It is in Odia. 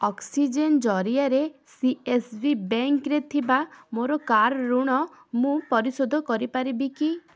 ଅକ୍ସିଜେନ୍ ଜରିଆରେ ସି ଏସ୍ ବି ବ୍ୟାଙ୍କରେ ଥିବା ମୋ କାର୍ ଋଣ ମୁଁ ପରିଶୋଧ କରିପାରିବି କି